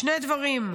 שני דברים: